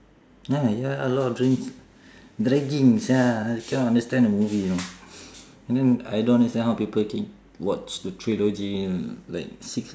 ya ya lord of the rings bragging sia I cannot understand the movie you know and then I don't understand how people keep watch the trilogy like six